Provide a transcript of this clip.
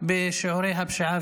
בשיעורי הפשיעה